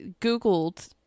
googled